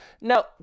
Now